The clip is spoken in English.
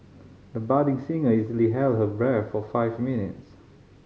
the budding singer easily held her breath for five minutes